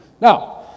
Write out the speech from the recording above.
Now